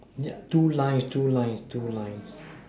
yeah two lines two lines two lines